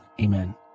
amen